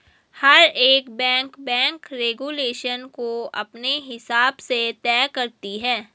हर एक bank bank regulation को अपने हिसाब से तय करती है